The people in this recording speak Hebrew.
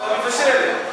א-טאבח'ה זה המבשלת.